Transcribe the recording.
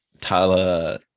tyler